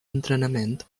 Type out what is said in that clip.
entrenament